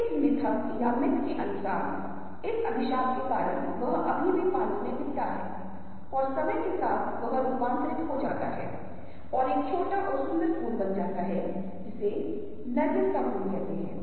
दूसरी ओर इस चित्र में असामान्य आकाश दिन का समय लम्बी परछाइयाँ ये सभी चीज़ें इस पेंटिंग को बहुत आकर्षक पेंटिंग और एक सकारात्मक पेंटिंग नहीं बनाती क्यूंकि आकाश का रंग अच्छा नहीं है